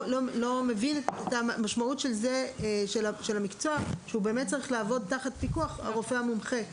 הבנת המשמעות של המקצוע שהוא צריך לעבוד תחת פיקוח של הרופא המומחה.